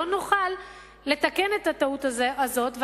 לא נוכל לתקן את הטעות הזאת,